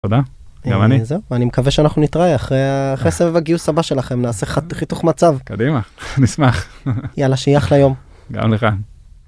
אני מקווה שאנחנו נתראה אחרי הסבב גיוס הבא שלכם נעשה חיתוך מצב נשמח יאללה שיהיה אחלה יום. גם לך.